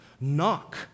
knock